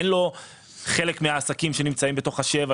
אין לו חלק מהעסקים שנמצאים בתוך השבעה